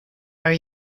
are